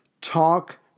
talk